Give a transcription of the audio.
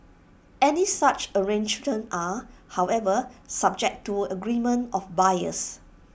any such arrangements are however subject to agreement of buyers